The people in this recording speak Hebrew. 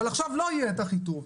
אבל עכשיו לא יהיה את אחיטוב.